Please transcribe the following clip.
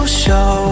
show